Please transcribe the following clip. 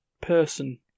person